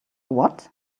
what